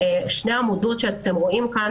שתי העמודות שאתם רואים כאן,